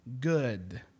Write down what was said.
good